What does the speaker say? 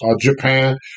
Japan